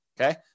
Okay